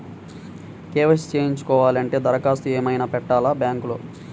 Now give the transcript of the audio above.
KYC చేయించుకోవాలి అంటే దరఖాస్తు ఏమయినా పెట్టాలా బ్యాంకులో?